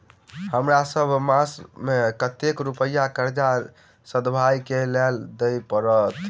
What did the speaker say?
हमरा सब मास मे कतेक रुपया कर्जा सधाबई केँ लेल दइ पड़त?